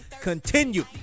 continue